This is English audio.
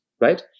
right